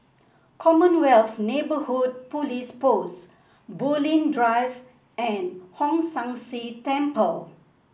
Commonwealth Neighbourhood Police Post Bulim Drive and Hong San See Temple